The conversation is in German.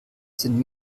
sind